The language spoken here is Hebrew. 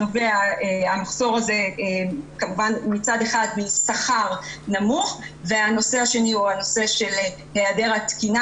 הן בגלל שכר נמוך והן בגלל היעדר תקינה,